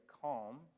calm